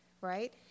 right